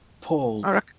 Paul